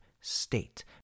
state